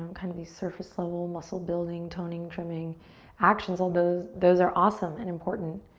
kind of these surface level muscle-building, toning, trimming actions, although those those are awesome and important.